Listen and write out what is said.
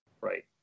right